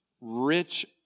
Rich